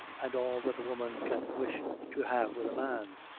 and all that a woman can wish to have with a man.